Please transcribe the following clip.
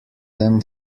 them